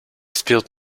speelt